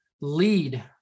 lead